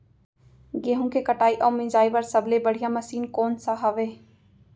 गेहूँ के कटाई अऊ मिंजाई बर सबले बढ़िया मशीन कोन सा हवये?